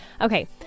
Okay